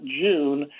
June